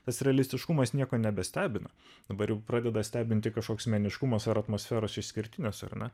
tas realistiškumas nieko nebestebina dabar pradeda stebinti kažkoks meniškumas ar atmosferos išskirtines urną